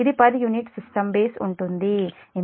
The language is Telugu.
ఇది పర్ యూనిట్ సిస్టం బేస్ ఉంటుంది ఎందుకంటేGmachineGsystem